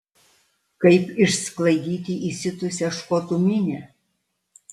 kaip išsklaidyti įsiutusią škotų minią